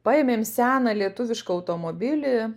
paėmėm seną lietuvišką automobilį